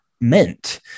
meant